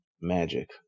magic